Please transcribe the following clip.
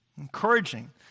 Encouraging